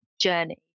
journey